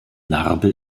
narbe